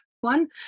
one